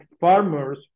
farmers